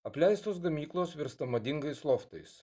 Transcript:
apleistos gamyklos virsta madingais loftais